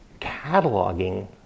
cataloging